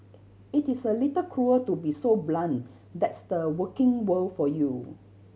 it is a little cruel to be so blunt that's the working world for you